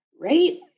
Right